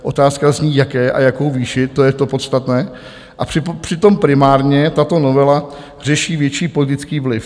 Otázka zní, jaké a jakou výši, to je to podstatné, a přitom primárně tato novela řeší větší politický vliv.